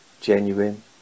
genuine